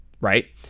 right